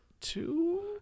Two